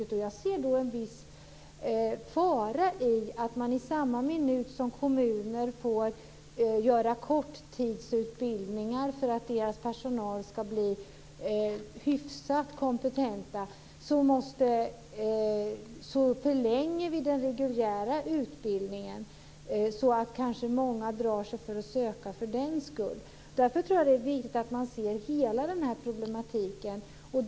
Jag ser då en viss fara i att man, i samma minut som kommuner får göra korttidsutbildningar för att deras personal ska bli hyfsat kompetenta, förlänger den reguljära utbildningen så att många kanske drar sig för att söka för den skull. Därför tror jag att det är viktigt att man ser hela den här problematiken.